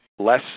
less